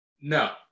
No